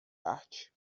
arte